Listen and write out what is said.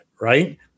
right